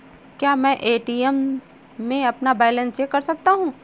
क्या मैं ए.टी.एम में अपना बैलेंस चेक कर सकता हूँ?